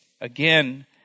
again